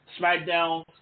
SmackDown